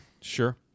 sure